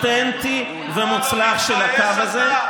אני מודה לחבר הכנסת, יא אמבה.